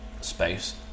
space